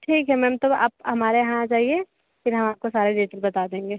ठीक है मैम तो आप हमारे यहाँ आ जाए फिर हम आपको सारी डिटेल बता देंगे